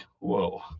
whoa